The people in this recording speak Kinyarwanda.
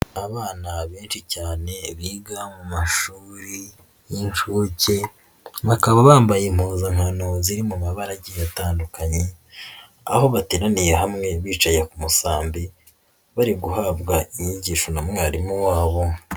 Abana benshi cyane biga mu mashuri y'inshuke, bakaba bambaye impuzankano ziri mu mabara atandukanye, aho bateraniye hamwe bicaye ku masambi bari guhabwa inyigisho na mwarimu wabo.